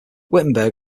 wittenberg